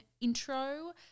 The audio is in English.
intro